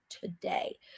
today